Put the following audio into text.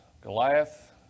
Goliath